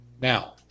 Now